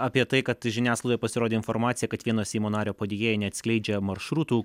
apie tai kad žiniasklaidoje pasirodė informacija kad vieno seimo nario padėjėjai neatskleidžia maršrutų